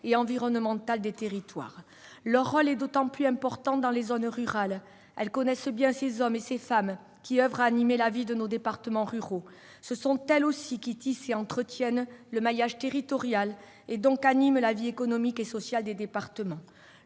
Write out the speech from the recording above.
et environnementales des territoires. Leur rôle est d'autant plus important dans les zones rurales. Elles connaissent bien ces hommes et ces femmes qui oeuvrent à animer la vie de nos départements ruraux. Ce sont aussi elles qui tissent et entretiennent le maillage territorial, donc animent la vie économique et sociale des départements.